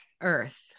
Earth